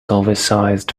oversized